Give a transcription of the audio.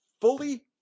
fully